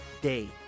day